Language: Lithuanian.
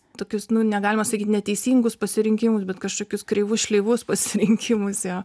tokius nu negalima sakyt neteisingus pasirinkimus bet kažkokius kreivus šleivus pasirinkimus jo